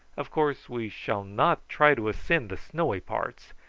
of course we shall not try to ascend the snowy parts,